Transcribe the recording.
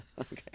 Okay